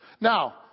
Now